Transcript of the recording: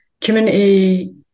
community